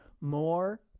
More